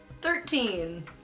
Thirteen